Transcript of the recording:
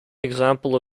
example